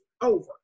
over